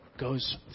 goes